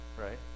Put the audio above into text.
right